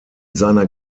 seiner